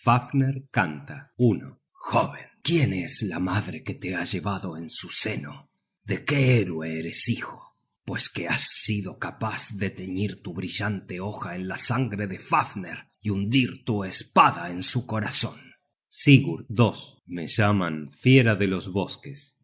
canta joven quién es la madre que te ha llevado en su seno de qué héroe eres hijo pues que has sido capaz de teñir tu brillante hoja en la sangre de fafner y hundir tu espada en su corazon sigurd me llaman fiera de los bosques